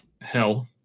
hell